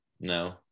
No